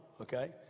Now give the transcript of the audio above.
okay